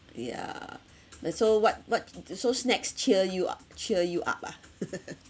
yeah then so what what so snacks cheer you ah cheer you up ah